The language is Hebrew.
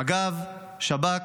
מג"ב, שב"כ,